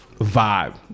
vibe